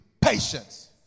Patience